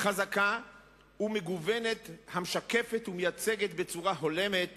חזקה ומגוונת, המשקפת ומייצגת בצורה הולמת